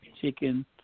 chicken